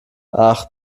ach